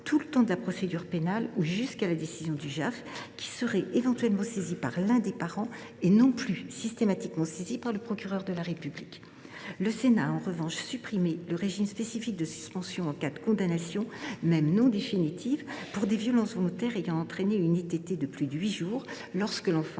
tout le temps de la procédure pénale, ou jusqu’à la décision du JAF, lequel serait éventuellement saisi par l’un des parents et non plus systématiquement par le procureur de la République. En revanche, le Sénat a supprimé le régime spécifique de suspension en cas de condamnation, même non définitive, pour des violences volontaires ayant entraîné une incapacité temporaire de travail (ITT) de